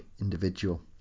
individual